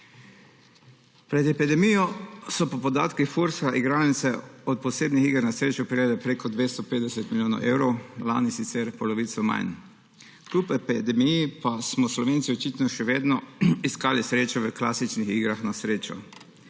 Pred epidemijo so po podatkih Fursa igralnice od posebnih iger na srečo prejele prek 250 milijonov evrov, lani sicer polovico manj. Kljub epidemiji pa smo Slovenci očitno še vedno iskali srečo v klasičnih igrah na srečo.